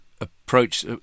approach